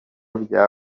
bya